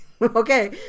okay